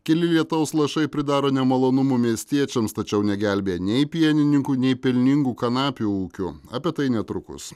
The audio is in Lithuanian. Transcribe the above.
keli lietaus lašai pridaro nemalonumų miestiečiams tačiau negelbėja nei pienininkų nei pelningų kanapių ūkių apie tai netrukus